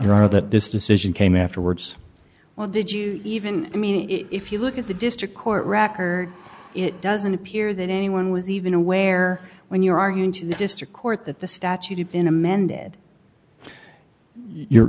are that this decision came afterwards well did you even i mean if you look at the district court record it doesn't appear that anyone was even aware when you're arguing to the district court that the statute had been amended you're